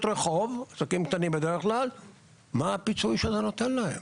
רחוב מה הפיצוי שאתה נותן להם?